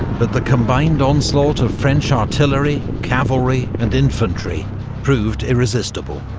but the combined onslaught of french artillery, cavalry and infantry proved irresistible.